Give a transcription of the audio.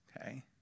Okay